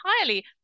entirely